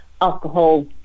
alcohol